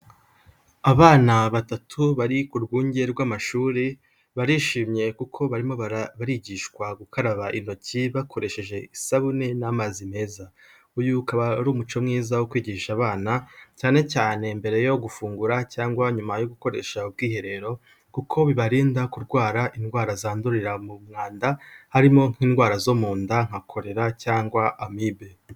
Abana batatu bari ku rwunge rw'amashuri, barishimye kuko barimo barigishwa gukaraba intoki bakoresheje isabune, n'amazi meza. Uyu ukaba ari umuco mwiza wo kwigisha abana, cyane cyane mbere yo gufungura cyangwa nyuma yo gukoresha ubwiherero, kuko bibarinda kurwara indwara zandurira mu mwanda, harimo nk'indwara zo mu nda nka korera, cyangwa amibe.